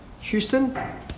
Houston